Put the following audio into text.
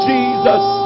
Jesus